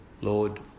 Lord